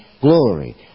glory